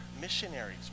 missionaries